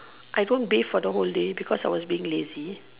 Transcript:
I don't bathe for the whole day because I was being lazy